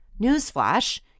newsflash